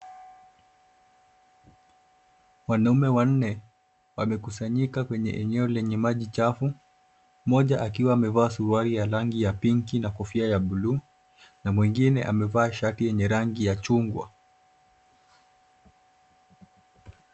Wanaume wanne wamekusanyika kwenye eneo lenye maji chafu mmoja akiwa amevalia suruali ya rangi ya pinki na kofia ya buluu na mwingine amevaa shati yenye rangi ya chungwa.